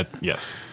Yes